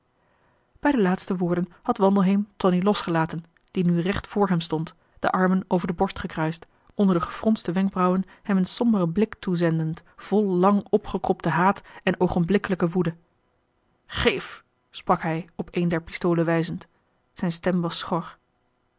bij de laatste woorden had wandelheem tonie losgelaten die nu recht voor hem stond de armen over de borst gekruist onder de gefronste wenkbrauwen hem een somberen blik toezendend vol lang opgekropte haat en oogenblikkelijke woede geef sprak hij op een der pistolen wijzend zijn stem was schor